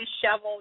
disheveled